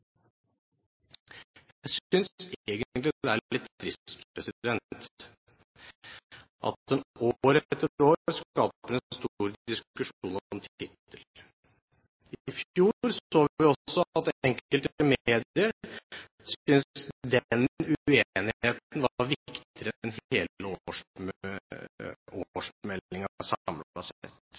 Jeg synes egentlig det er litt trist at man år etter år skaper en stor diskusjon om tittel. I fjor så vi også at enkelte medier synes den uenigheten var